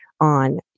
on